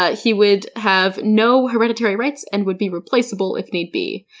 ah he would have no hereditary rights and would be replaceable if need be.